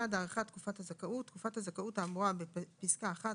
הארכת תקופת הזכאות 1. תקופת הזכאות האמורה בפסקה (1)